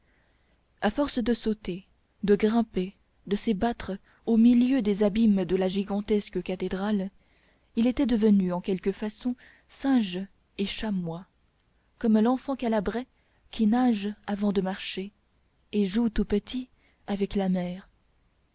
à force de sauter de grimper de s'ébattre au milieu des abîmes de la gigantesque cathédrale il était devenu en quelque façon singe et chamois comme l'enfant calabrais qui nage avant de marcher et joue tout petit avec la mer